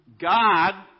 God